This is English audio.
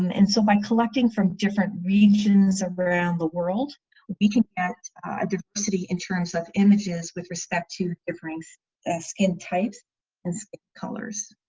and and so by collecting from different regions around the world we connect a diversity in terms of images with respect to different skin types and colors.